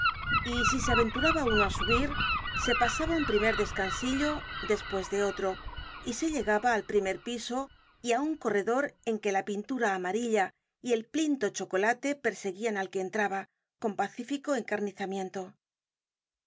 escalera si se aventuraba uno á subir se pasaba un primer descansillo despues otro y se llegaba al primer piso y á un corredor en que la pintura amarilla y el plinto chocolate perseguían al que entraba con pacífico encarnizamiento